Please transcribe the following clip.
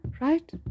right